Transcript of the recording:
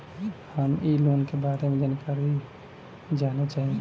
हम इ लोन के बारे मे जानकारी जाने चाहीला?